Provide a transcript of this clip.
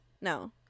No